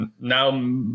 now